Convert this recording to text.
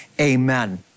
amen